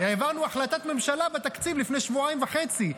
העברנו החלטת ממשלה בתקציב לפני שבועיים וחצי,